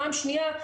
פעם שנייה,